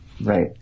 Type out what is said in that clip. Right